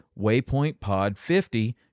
waypointpod50